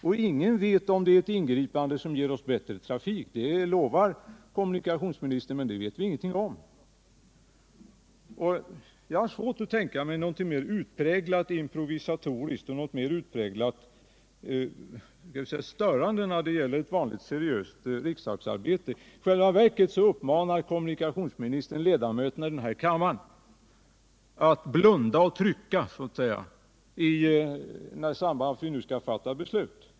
Inget vet heller om det är ett ingripande som ger oss bättre trafik. Det lovar kommunikationsministern, men det vet vi ingenting om. Jag har svårt att tänka mig någonting mer utpräglat improvisatoriskt och något mer störande för ett seriöst riksdagsarbete. I själva verket uppmanar kommunikationsministern riksdagens ledamöter att blunda och trycka när vi nu skall fatta beslut.